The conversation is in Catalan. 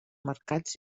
mercats